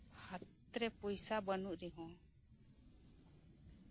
ᱦᱟᱛᱨᱮ ᱯᱚᱭᱥᱟ ᱵᱟᱹᱱᱩᱜ ᱨᱮᱦᱚᱸ